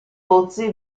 pozzi